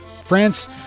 France